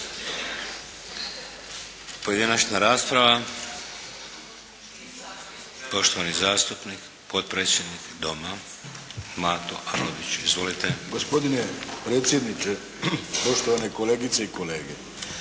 Pojedinačna rasprava. Poštovani zastupnik, potpredsjednik Doma Mato Arlović. Izvolite! **Arlović, Mato (SDP)** Gospodine predsjedniče, poštovane kolegice i kolege!